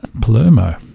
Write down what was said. Palermo